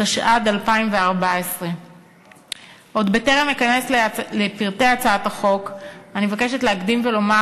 התשע"ד 2014. עוד בטרם אכנס לפרטי הצעת החוק אני מבקשת להקדים ולומר,